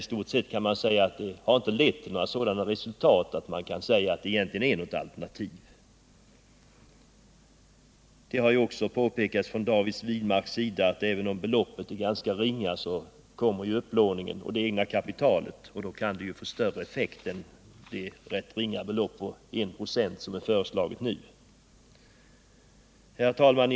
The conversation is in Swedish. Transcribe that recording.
I stort sett kan man säga att de inte har lett till sådana resultat att de utgör något alternativ. David Wirmark påpekade att även om beloppet är ganska ringa tillkommer upplåningen och det egna kapitalet, och då kan det få större effekt än det ringa belopp på en procent som nu är föreslaget. Herr talman!